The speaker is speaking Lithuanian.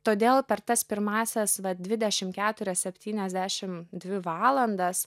todėl per tas pirmąsias dvidešim keturias septyniasdešim dvi valandas